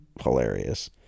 hilarious